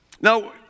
Now